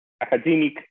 academic